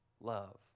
love